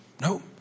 no